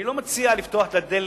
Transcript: אני לא מציע לפתוח את הדלת